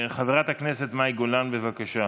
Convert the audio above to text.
חברת הכנסת מאי גולן, בבקשה.